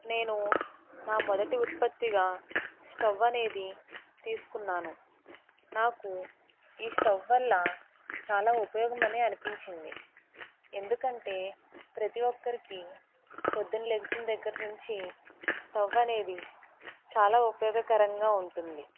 నేను నా మొదటి ఉత్పత్తిగా స్టవ్ అనేది తీసుకున్నాను నాకు ఈ స్టవ్ వల్ల చాలా ఉపయోగం అని అనిపించింది ఎందుకంటే ప్రతి ఒక్కరికి పొద్దున లెగిసిన దగ్గర నుంచి స్టవ్ అనేది చాలా ఉపయోగకరంగా ఉంటుంది